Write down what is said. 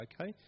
okay